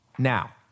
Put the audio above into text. Now